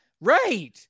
right